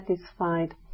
satisfied